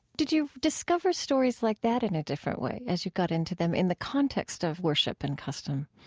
did you discover stories like that in a different way, as you got into them, in the context of worship and custom?